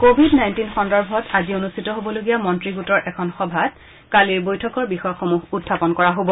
Covid nineteen সন্দৰ্ভত আজি অনূষ্ঠিত হ'বলগীয়া মন্ত্ৰী গোটৰ এখন সভাত কালিৰ বৈঠকৰ বিষয়সমূহ উখাপন কৰা হ'ব